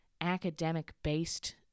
academic-based